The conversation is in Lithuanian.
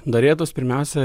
norėtųs pirmiausia